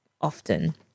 often